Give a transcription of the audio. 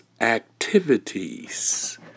activities